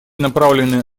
направлены